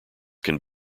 can